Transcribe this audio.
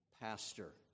pastor